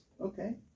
Okay